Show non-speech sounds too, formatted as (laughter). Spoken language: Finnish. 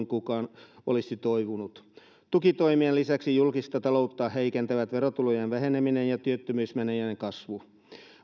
(unintelligible) kukaan olisi toivonut tukitoimien lisäksi julkista taloutta heikentävät verotulojen väheneminen ja työttömyysmenojen kasvu